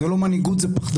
זה לא מנהיגות, זה פחדנות.